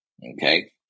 Okay